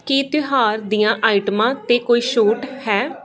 ਕੀ ਤਿਉਹਾਰ ਦੀਆਂ ਆਇਟਮਾਂ 'ਤੇ ਕੋਈ ਛੋਟ ਹੈ